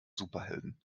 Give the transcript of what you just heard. superhelden